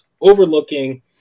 overlooking